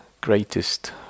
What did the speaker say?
greatest